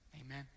amen